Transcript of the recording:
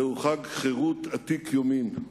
זהו חג חירות עתיק יומין.